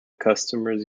customers